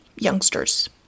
youngsters